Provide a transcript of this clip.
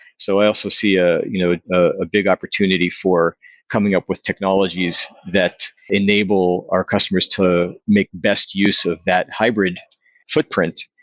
so i also see a you know ah big opportunity for coming up with technologies that enable our customers to make best use of that hybrid footprint,